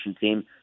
team